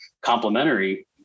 complementary